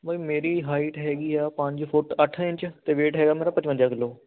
ਬਾਈ ਮੇਰੀ ਹਾਈਟ ਹੈਗੀ ਆ ਪੰਜ ਫੁੱਟ ਅੱਠ ਇੰਚ ਅਤੇ ਵੇਟ ਹੈਗਾ ਮੇਰਾ ਪਚਵੰਜਾ ਕਿਲੋ